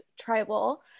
Tribal